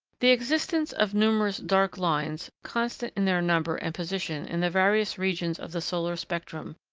the existence of numerous dark lines, constant in their number and position in the various regions of the solar spectrum,